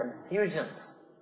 confusions